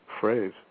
phrase